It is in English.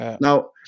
Now